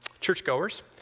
churchgoers